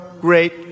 great